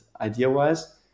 idea-wise